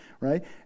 right